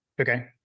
Okay